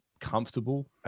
comfortable